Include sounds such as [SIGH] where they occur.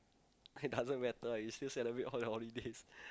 [LAUGHS] it doesn't matter ah you still celebrate all the holidays [LAUGHS]